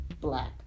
black